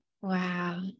wow